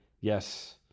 Yes